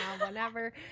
whenever